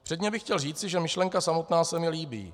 Předně bych chtěl říci, že myšlenka samotná se mi líbí.